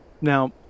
Now